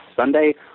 Sunday